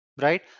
right